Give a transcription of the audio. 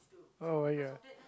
oh ya